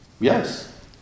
yes